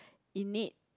innate